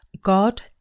God